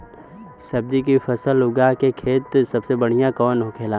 सब्जी की फसल उगा में खाते सबसे बढ़ियां कौन होखेला?